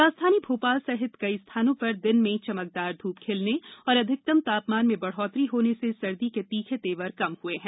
राजधानी भोपाल सहित कई स्थानों पर दिन में चमकदार धूप खिलने और अधिकतम तापमान में बढ़ोतरी होने से सर्दी के तीखे तेवर कम हुए हैं